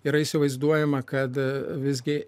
yra įsivaizduojama kad visgi